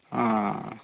ᱚᱻ